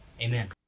amen